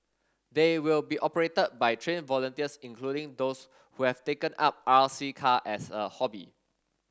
they will be operated by trained volunteers including those who have taken up R C car as a hobby